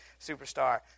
superstar